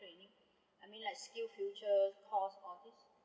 training I mean like skiil future course all this